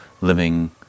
living